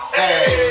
hey